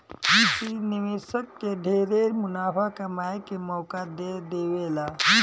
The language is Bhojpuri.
इ निवेशक के ढेरे मुनाफा कमाए के मौका दे देवेला